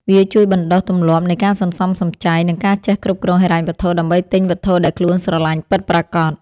វាជួយបណ្ដុះទម្លាប់នៃការសន្សំសំចៃ និងការចេះគ្រប់គ្រងហិរញ្ញវត្ថុ ដើម្បីទិញវត្ថុដែលខ្លួនស្រឡាញ់ពិតប្រាកដ។